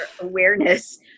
awareness